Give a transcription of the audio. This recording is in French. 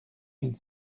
mille